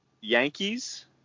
Yankees